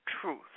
truth